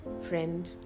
friend